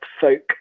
folk